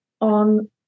on